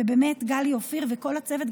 גלי אופיר וכל הצוות,